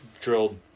drilled